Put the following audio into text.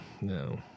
No